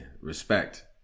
respect